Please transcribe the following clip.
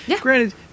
Granted